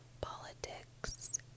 politics